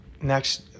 Next